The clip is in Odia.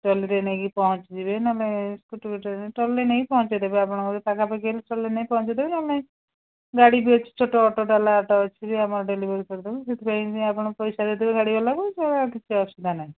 ଟଲିରେ ନେଇକି ପହଞ୍ଚି ଯିବେ ନହେଲେ ସ୍କୁଟିଫୁଟିରେ ଟଲିରେ ନେଇକି ପହଞ୍ଚେଇ ଦେବେ ଆପଣଙ୍କର ପାଖାପାଖି ହେଲେ ଟଲିରେ ନେଇ ପହଞ୍ଚେଇଦେବେ ନହେଲେ ନାହିଁ ଗାଡ଼ି ବି ଅଛି ଛୋଟ ଅଟୋ ଡାଲା ଅଟୋ ଅଛି ବି ଆମର ଡେଲିଭରି କରିଦେବ ସେଥିପାଇଁ ଆପଣ ପଇସା ଦେଇଦେବେ ଗାଡ଼ିବାଲାକୁ ସେ ଆଉ କିଛି ଅସୁବିଧା ନାହିଁ